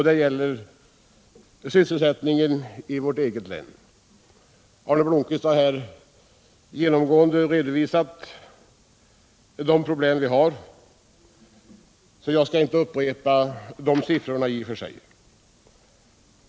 Det gäller först sysselsättningen i vårt eget hemlän — Skaraborg. Arne Blomkvist har här genomgående redovisat de problem vi har där, varför jag inte behöver upprepa siffrorna.